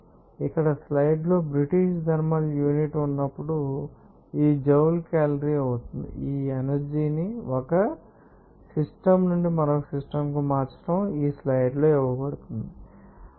కాబట్టి ఇక్కడ స్లైడ్లలో బ్రిటీష్ థర్మల్ యూనిట్ ఉన్నప్పుడు ఈజౌల్ కేలరీ అవుతుంది ఈ ఎనర్జీ ని ఒక సిస్టమ్ నుండి మరొక సిస్టమ్ కు మార్చడం ఈ స్లైడ్లలో ఇవ్వబడిన ఎనర్జీ కోసం యూనిట్లు కూడా ఇవ్వబడుతుంది